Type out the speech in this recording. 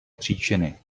příčiny